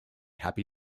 happy